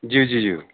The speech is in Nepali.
ज्यू ज्यू ज्यू